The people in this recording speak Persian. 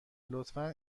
لطفا